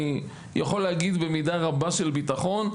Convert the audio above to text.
אני יכול להגיד במידה רבה של ביטחון,